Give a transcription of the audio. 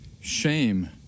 Shame